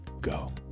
go